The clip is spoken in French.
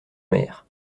mer